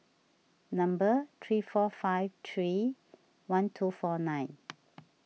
number three four five three one two four nine